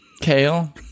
kale